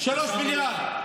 3 מיליארד.